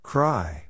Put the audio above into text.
Cry